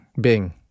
Bing